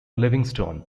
livingston